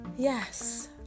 Yes